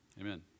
Amen